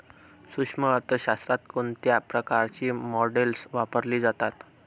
सूक्ष्म अर्थशास्त्रात कोणत्या प्रकारची मॉडेल्स वापरली जातात?